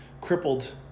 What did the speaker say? crippled